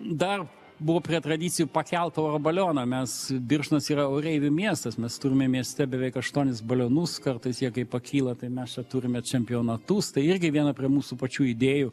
dar buvo prie tradicijų pakelt oro balioną mes birštonas yra oreivių miestas mes turime mieste beveik aštuonis balionus kartais jie kai pakyla tai mes turime čempionatus tai irgi viena prie mūsų pačių idėjų